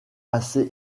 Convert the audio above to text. assez